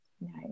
Nice